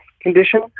condition